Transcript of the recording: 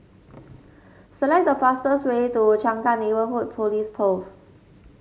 select the fastest way to Changkat Neighbourhood Police Post